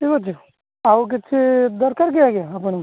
ଠିକ୍ ଅଛି ଆଉ କିଛି ଦରକାର କି ଆଜ୍ଞା ଆପଣଙ୍କୁ